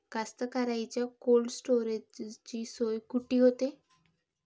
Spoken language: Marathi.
कास्तकाराइच्या कोल्ड स्टोरेजची सोय कुटी होते?